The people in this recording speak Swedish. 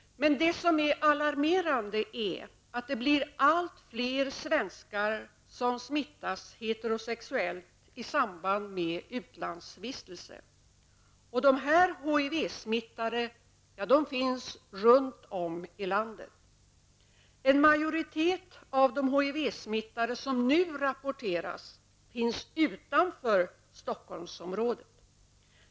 Det som är alarmerande är att det blir allt fler svenskar som smittas heterosexuellt i samband med utlandsvistelse. Dessa HIV-smittade finns runt om i landet. En majoritet av de HIV-smittade, som nu rapporteras, finns utanför Stockholmsområdet.